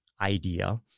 idea